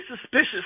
suspicious